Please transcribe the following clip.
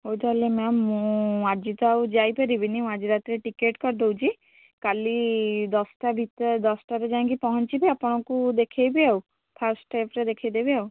ହଉ ତାହେଲେ ମ୍ୟାମ୍ ମୁଁ ଆଜି ତ ଆଉ ଯାଇପାରିବିନି ମୁଁ ଆଜି ରାତିରେ ଟିକେଟ୍ କରି ଦେଉଛି କାଲି ଦଶଟା ଭିତରେ ଦଶଟାରେ ଯାଇକି ପହଞ୍ଚିବି ଆପଣଙ୍କୁ ଦେଖାଇବି ଆଉ ଫାଷ୍ଟ୍ ଷ୍ଟେପରେ ଦେଖାଇ ଦେବି ଆଉ